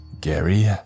Gary